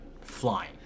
flying